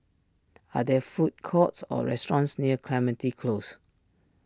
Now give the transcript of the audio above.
are there food courts or restaurants near Clementi Close